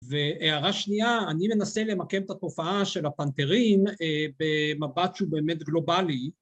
והערה שנייה, אני מנסה למקם את התופעה של הפנתרים במבט שהוא באמת גלובלי...